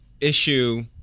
issue